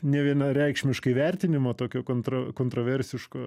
nevienareikšmiškai vertinimo tokio kontra kontraversiško